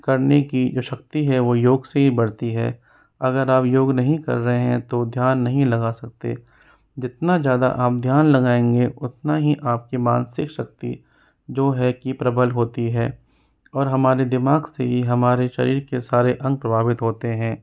करने की जो शक्ति है वो योग से ही बढ़ती है अगर आप योग नहीं कर रहे हैं तो ध्यान नहीं लगा सकते जितना ज़्यादा आप ध्यान लगाएंगे उतना ही आपकी मांनसिक शक्ति जो है ये प्रबल होती है और हमारे दिमाग से ही हमारे शरीर के सारे अंग प्रभावित होते हैं